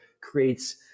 creates